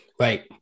Right